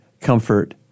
comfort